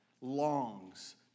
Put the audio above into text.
longs